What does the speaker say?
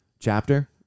Chapter